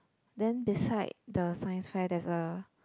then beside the science fair there's a